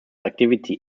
activity